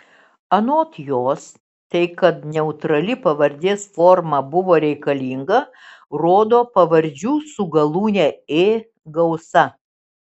anot jos tai kad neutrali pavardės forma buvo reikalinga rodo pavardžių su galūne ė gausa